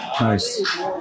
nice